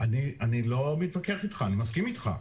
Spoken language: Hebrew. אני לא מתווכח איתך, אני מסכים איתך.